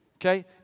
Okay